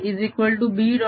B A